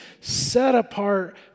set-apart